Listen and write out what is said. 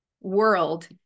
world